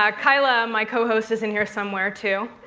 ah kiala, my co-host, is in here somewhere too.